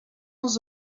els